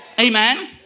Amen